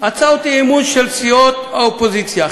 הצעות אי-אמון של סיעות האופוזיציה,